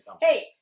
Hey